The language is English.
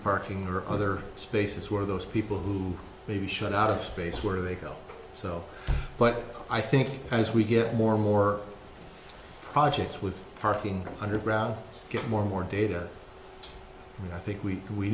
parking or other spaces where those people who may be shut out of space where they go so but i think as we get more more projects with parking underground get more and more data and i think we we